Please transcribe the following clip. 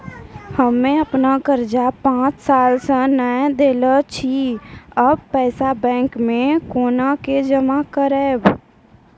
हम्मे आपन कर्जा पांच साल से न देने छी अब पैसा बैंक मे कोना के जमा करबै?